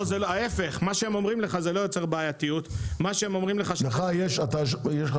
להיפך, מה שהם אומרים לך -- לך יש משחטה?